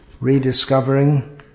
rediscovering